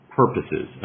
purposes